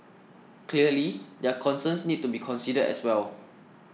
clearly their concerns need to be considered as well